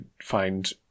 find